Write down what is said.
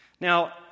Now